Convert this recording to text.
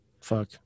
fuck